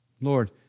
Lord